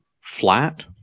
flat